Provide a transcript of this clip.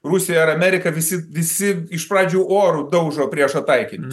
rusija ar amerika visi visi iš pradžių oru daužo priešo taikinius